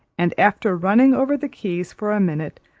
and after running over the keys for a minute,